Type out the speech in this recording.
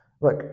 Look